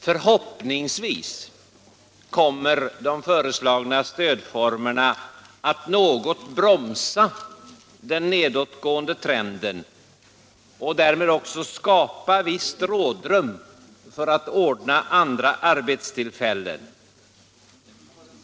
Förhoppningsvis kommer de föreslagna stödformerna att något bromsa den nedåtgående trenden och skapa visst rådrum för att ordna andra arbetstillfällen.